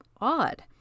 odd